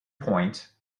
point